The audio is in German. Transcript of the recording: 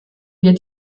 wir